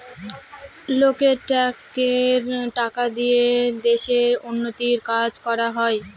লোকের ট্যাক্সের টাকা দিয়ে দেশের উন্নতির কাজ করা হয়